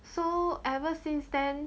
so ever since then